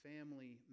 Family